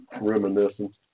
reminiscing